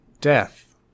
death